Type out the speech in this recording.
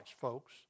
folks